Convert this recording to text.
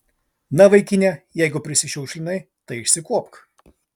na vaikine jeigu prisišiukšlinai tai išsikuopk